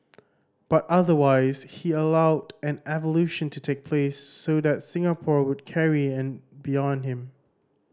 but otherwise he allowed an evolution to take place so that Singapore would carry on beyond him